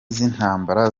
z’intambara